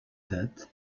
date